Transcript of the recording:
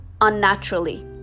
unnaturally